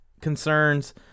concerns